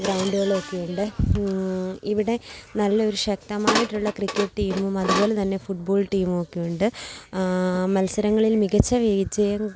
ഗ്രൗണ്ടുകളും ഒക്കെയുണ്ട് ഇവിടെ നല്ലൊരു ശക്തമായിട്ടുള്ള ക്രിക്കറ്റ് ടീമും അതുപോലെ തന്നെ ഫുട്ബോൾ ടീമും ഒക്കെയുണ്ട് മത്സരങ്ങളിൽ മികച്ച വിജയം